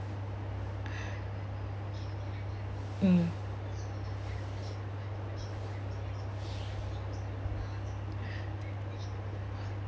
mm